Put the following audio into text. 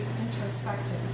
introspective